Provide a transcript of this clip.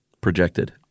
projected